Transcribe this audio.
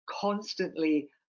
constantly